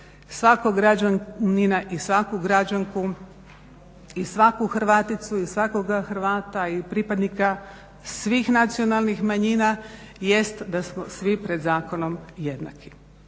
svakog građanina i svaku građanku i svaku Hrvaticu i svakog Hrvata i pripadnika svih nacionalnih manjina jest da smo svi pred zakonom jednaki.